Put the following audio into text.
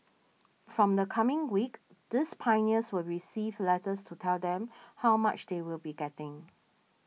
from the coming week these Pioneers will receive letters to tell them how much they will be getting